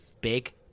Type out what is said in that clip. big